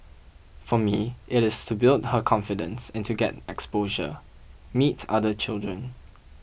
for me it is to build her confidence and to get exposure meet other children